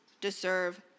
deserve